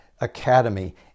academy